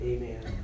Amen